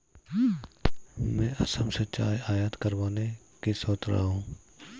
मैं असम से चाय आयात करवाने की सोच रहा हूं